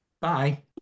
Bye